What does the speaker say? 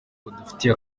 badufitiye